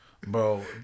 Bro